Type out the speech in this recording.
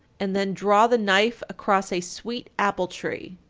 and then draw the knife across a sweet apple-tree.